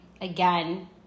again